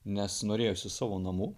nes norėjosi savo namų